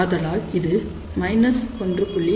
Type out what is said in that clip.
ஆதலால் இது 1